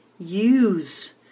Use